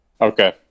Okay